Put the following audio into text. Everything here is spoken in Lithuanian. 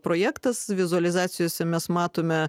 projektas vizualizacijose mes matome